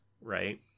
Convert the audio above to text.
right